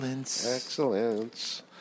excellence